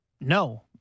No